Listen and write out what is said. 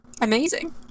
amazing